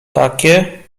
takie